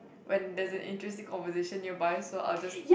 when there's an interesting conversation nearby so I will just